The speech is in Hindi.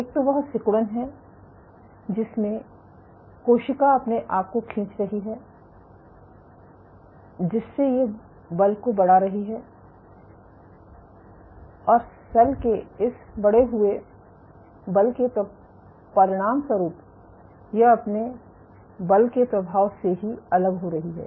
एक तो वह सिकुड़न है जिसमें कोशिका अपने आप को खींच रही है जिससे ये बल को बढ़ा रही है और सेल के इस बढ़े हुये बल के परिणामस्वरूप यह अपने बल के प्रभाव से ही अलग हो रही है